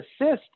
assist